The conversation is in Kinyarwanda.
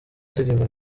indirimbo